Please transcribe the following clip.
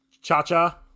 Cha-Cha